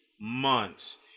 months